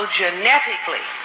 genetically